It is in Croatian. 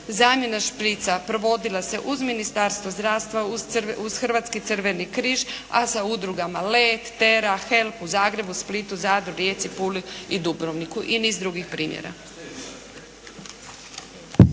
zamjena šprica provodila se uz Ministarstvo zdravstva, uz Hrvatski crveni križ, a sa udrugama Let, Tera, Help u Zagrebu, Splitu, Zadru, Rijeci, Puli i Dubrovniku i niz drugih primjera.